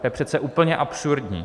To je přece úplně absurdní!